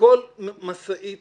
כל משאית